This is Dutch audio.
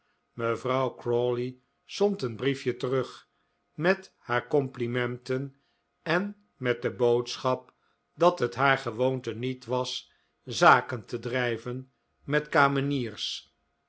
mevrouw crawley zond een briefje terug met haar complimenten en met de boodschap dat het haar gewoonte niet was zaken te drijven met kameniers